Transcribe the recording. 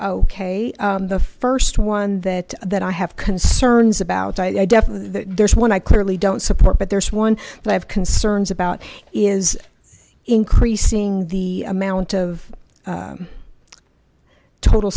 ok the first one that that i have concerns about i definitely there's one i clearly don't support but there's one that i have concerns about is increasing the amount of total